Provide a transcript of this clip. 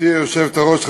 גברתי היושבת-ראש,